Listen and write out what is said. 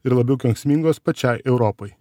ir labiau kenksmingos pačiai europai